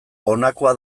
honakoa